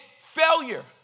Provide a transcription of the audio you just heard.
failure